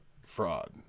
fraud